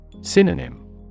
Synonym